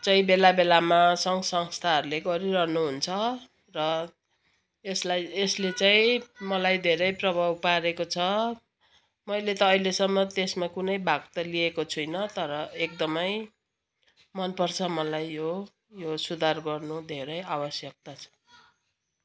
चाहिँ बेला बेलामा सङ्घ संस्थाहरूले गरिरहनु हुन्छ र यसलाई यसले चाहिँ मलाई धेरै प्रभाव पारेको छ मैले त अहिलेसम्म त्यसमा कुनै भाग त लिएको छुइनँ तर एकदमै मनपर्छ मलाई यो यो सुधार गर्नु धेरै आवश्यकता छ